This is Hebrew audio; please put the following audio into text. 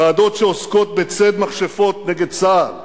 ועדות שעוסקות בציד מכשפות נגד צה"ל.